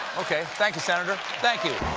okay, thank you, senator. thank you.